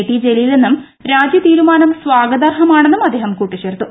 T ജലീലെന്നും രാജി തീരുമാനം സ്വാഗതാർഹമാണെന്നും അദ്ദേഹം കൂട്ടിച്ചേർത്തു